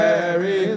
Mary